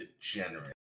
Degenerate